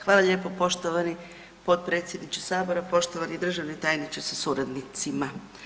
hvala lijepo poštovani potpredsjedniče sabora, poštovani državni tajniče sa suradnicima.